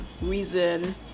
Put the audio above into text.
reason